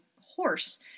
horse